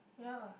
ya lah